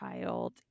child